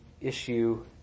issue